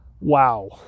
wow